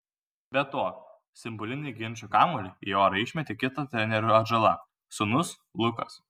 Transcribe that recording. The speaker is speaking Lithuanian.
be to simbolinį ginčo kamuolį į orą išmetė kita trenerio atžala sūnus lukas